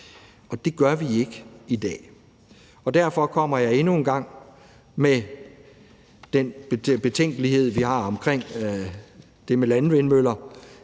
Det gør vi ikke i dag. Derfor nævner jeg endnu en gang den betænkelighed, vi har omkring det med landvindmøller,